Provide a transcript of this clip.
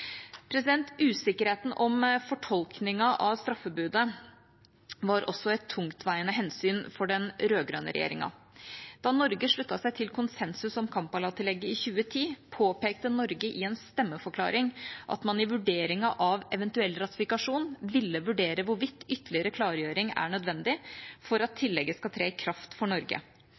Usikkerheten om fortolkningen av straffebudet var også et tungtveiende hensyn for den rød-grønne regjeringen. Da Norge sluttet seg til konsensus om Kampala-tillegget i 2010, påpekte Norge i en stemmeforklaring at man i vurderingen av en eventuell ratifikasjon ville vurdere hvorvidt ytterligere klargjøring er nødvendig for at tillegget skal tre i kraft for Norge.